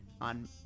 on